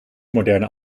moderne